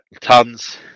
tons